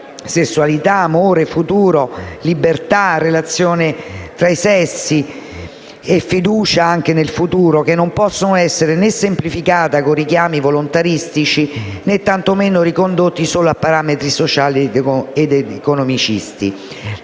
sessualità, amore, futuro, libertà, relazione tra i sessi e fiducia nel futuro) e che non possono essere né semplificate con richiami volontaristici né tantomeno ricondotte solo a parametri sociali ed economicisti.